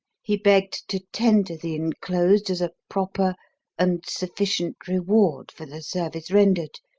he begged to tender the enclosed as a proper and sufficient reward for the service rendered,